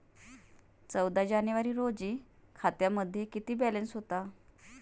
चौदा जानेवारी रोजी खात्यामध्ये किती बॅलन्स होता?